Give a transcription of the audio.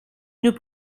nous